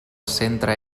centre